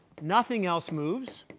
nothing else moves.